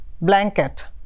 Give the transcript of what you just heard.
blanket